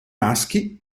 maschi